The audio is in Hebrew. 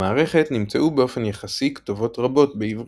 במערכת נמצאו באופן יחסי כתובות רבות בעברית.